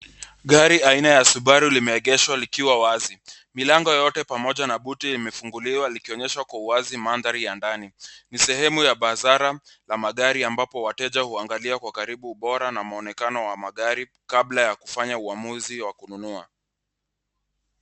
Gari aina ya Subaru limeegeshwa likiwa wazi. Milango yote pamoja na buti imefunguliwa ikionyesha kwa uwazi mandhari ya ndani. Ni sehemu ya bazara la magari ambapo wateja huangalia kwa ukaribu ubora na mwonekano wa magari kabla ya kufanya uamuzi wa kununua.